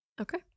Okay